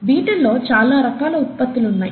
వీటిల్లో చాలా రకాల ఉత్పత్తులున్నాయి